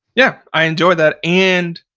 yeah. i enjoy that. and